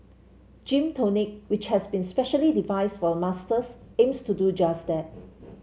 Gym Tonic which has been specially devised for a Masters aims to do just that